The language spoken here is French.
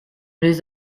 les